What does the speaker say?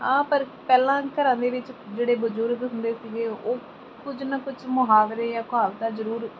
ਹਾਂ ਪਰ ਪਹਿਲਾਂ ਘਰਾਂ ਦੇ ਵਿੱਚ ਜਿਹੜੇ ਬਜ਼ੁਰਗ ਹੁੰਦੇ ਸੀਗੇ ਉਹ ਕੁਝ ਨਾ ਕੁਝ ਮੁਹਾਵਰੇ ਜਾਂ ਕਹਾਵਤਾਂ ਜ਼ਰੂਰ